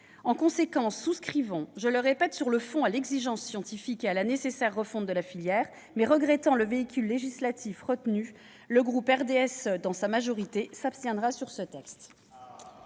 En conséquence, souscrivant sur le fond à l'exigence scientifique et à la nécessaire refonte de la filière, mais regrettant le véhicule législatif retenu, le groupe du RDSE s'abstiendra dans sa majorité sur ce texte.